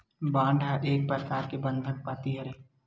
bond ह एक परकार ले बंधक पाती हरय